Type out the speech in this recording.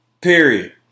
Period